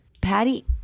Patty